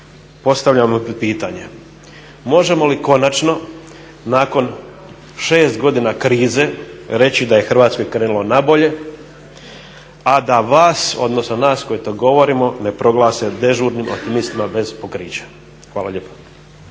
postavio bih pitanje, možemo li konačno nakon 6 godina krize reći da je Hrvatskoj krenulo na bolje a da vas odnosno nas koji to govorimo ne proglase dežurnim optimistima bez pokrića? Hvala lijepa.